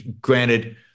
granted